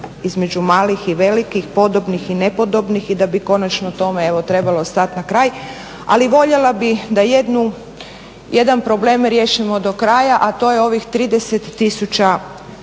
između malih i velikih, podobnih i nepodobnih i da bi konačno tome evo trebalo stati na kraj ali voljela bih da jedan problem riješimo do kraja a to je ovih 30 tisuća